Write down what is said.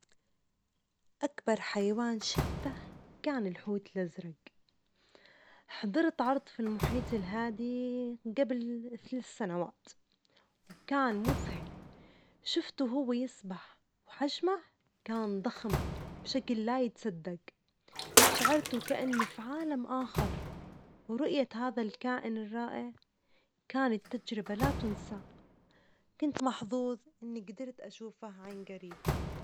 أكبر حيوان شفته كان الحوت الأزرق، حضرت عرض في المحيط الهادئ جبل ثلاث سنوات وكان مذهل، شفته وهو يسبح وحجمه كان ضخم بشكل لا يتصدق ، شعرت وكأني في عالم آخر، ورؤية هذا الكائن الرائع كانت تجربة لا تنسى ،كنت محظوظ إني جدرت أشوفه عن جريب.